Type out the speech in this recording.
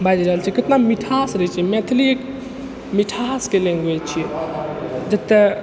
बाजि रहल छै कितना मिठास रहै छै मैथिली एक मिठासके लैंग्वेज छियै जतय